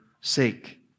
sake